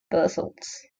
vessels